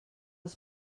els